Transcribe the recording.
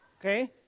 Okay